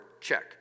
Check